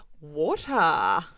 water